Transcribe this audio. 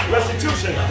Restitution